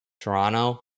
Toronto